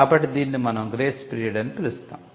కాబట్టి దీనిని మనం గ్రేస్ పీరియడ్ అని పిలుస్తాము